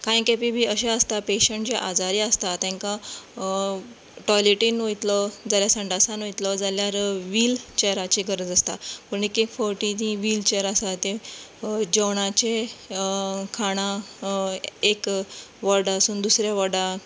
कांय खेपे बी अशें आसता की पेशंट जे आजारी आसतात तांकां टॉयलेटींत वयतलो जाल्यार संडासांत वयतलो जाल्यार व्हीलचॅराची गरज आसता पूण एक एक फावटी ती व्हीलचॅर आसात ते जेवणाचे खाणा एक वॉर्डांतसून दुसरे वॉर्डांत